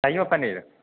शाहियो paneer